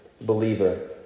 believer